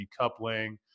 decoupling